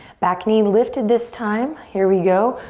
back knee lifted this time, here we go,